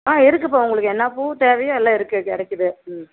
ஆ இருக்குப்பா உங்களுக்கு என்ன பூ தேவையோ எல்லாம் இருக்குது கிடைக்கிது ம்